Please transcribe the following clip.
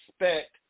respect